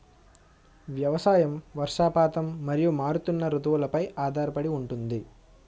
వ్యవసాయం వర్షపాతం మరియు మారుతున్న రుతువులపై ఆధారపడి ఉంటుంది